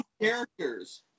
characters